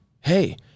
Hey